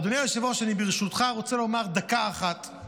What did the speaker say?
אדוני היושב-ראש, ברשותך אני רוצה לדבר דקה אחת על